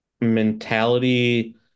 mentality